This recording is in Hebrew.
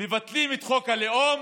מבטלים את חוק הלאום,